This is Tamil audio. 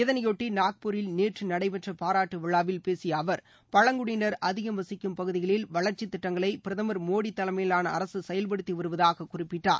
இதனைபொட்டி நாக்பூரில் நேற்று நடைபெற்ற பாராட்டு விழாவில் பேசிய அவர் பழங்குடியினர் அதிகம் வசிக்கும் பகுதிகளில் வளர்ச்சி திட்டங்களை பிரதமர் மோடி தலைமயிலான அரசு செயல்படுத்திவருவதாக குறிப்பிட்டார்